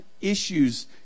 issues